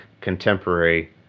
contemporary